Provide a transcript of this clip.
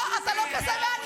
לא, אתה לא כזה מעניין.